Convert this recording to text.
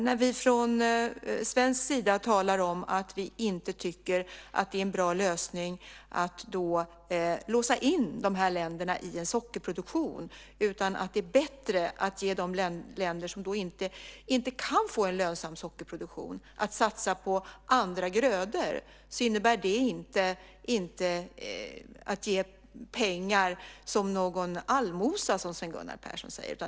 När vi från svensk sida talar om att vi inte tycker att det är en bra lösning att låsa in de här länderna i en sockerproduktion utan att det är bättre att ge de länder som inte kan få en lönsam sockerproduktion möjlighet att satsa på andra grödor innebär det inte att vi ger pengar som någon allmosa, som Sven Gunnar Persson säger.